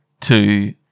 to-